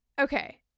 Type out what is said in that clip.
Okay